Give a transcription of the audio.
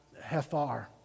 hefar